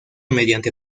mediante